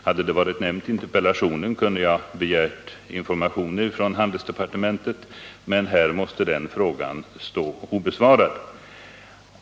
Hade denna varit nämnd i interpellationen kunde jag ha begärt informationer från handelsdepartementet, men här måste den frågan nu stå obesvarad.